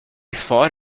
thought